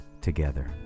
together